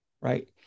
Right